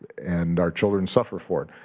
and our children suffer for it.